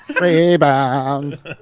Rebounds